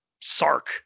Sark